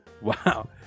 Wow